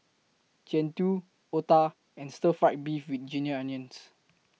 Jian Dui Otah and Stir Fry Beef with Ginger Onions